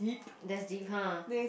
that's deep !huh!